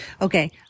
okay